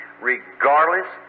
regardless